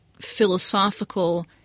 philosophical